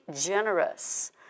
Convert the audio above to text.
generous